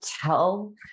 tell